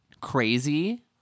crazy